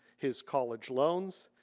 his college loans,